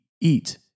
eat